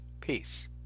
Peace